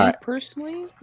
Personally